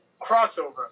Crossover